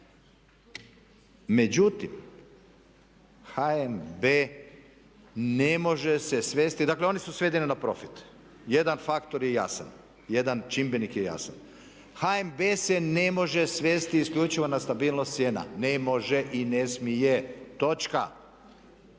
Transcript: Međutim, HNB ne može se svesti, dakle oni su svedeni na profit. Jedan faktor je jasan, jedan čimbenik je jasan. HNB se ne može svesti isključivo na stabilnost cijena, ne može i ne smije. Zato